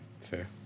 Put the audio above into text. Fair